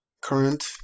current